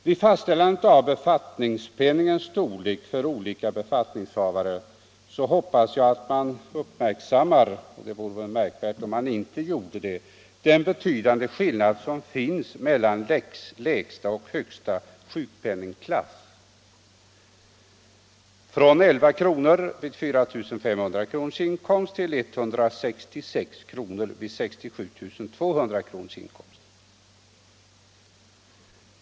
Vid fastställande av befattningspenningens storlek för olika befattningshavare hoppas jag att man uppmärksammar — det vore väl märkvärdigt om man inte gjorde det — den betydande skillnad som finns mellan lägsta och högsta sjukpenningklass; från 11 kr. vid 163 4 500 kr. inkomst till 166 kr. vid 67 200 kr. inkomst.